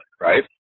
right